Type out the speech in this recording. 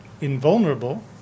invulnerable